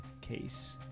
case